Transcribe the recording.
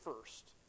first